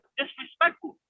disrespectful